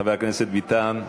חבר הכנסת ביטן,